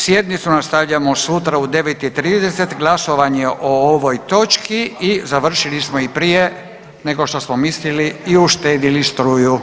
Sjednicu nastavljamo sutra u 9 i 30 glasovanje o ovoj točki i završili smo i prije nego što smo mislili i uštedili struju.